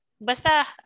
Basta